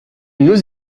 nous